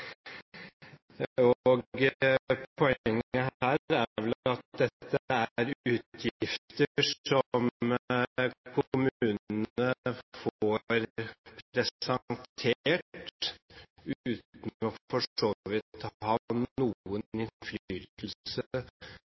Poenget her er vel at dette er utgifter som kommunene får presentert uten for så vidt å ha noen innflytelse på